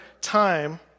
time